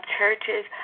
churches